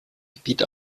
gebiet